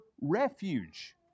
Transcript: refuge